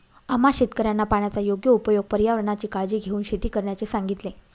आम्हा शेतकऱ्यांना पाण्याचा योग्य उपयोग, पर्यावरणाची काळजी घेऊन शेती करण्याचे सांगितले